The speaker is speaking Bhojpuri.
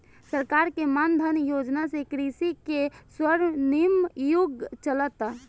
सरकार के मान धन योजना से कृषि के स्वर्णिम युग चलता